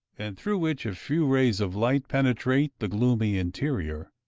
and through which a few rays of light penetrate the gloomy interior,